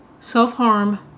self-harm